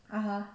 (uh huh)